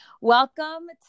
welcome